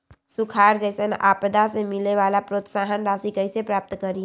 सुखार जैसन आपदा से मिले वाला प्रोत्साहन राशि कईसे प्राप्त करी?